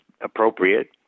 appropriate